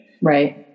Right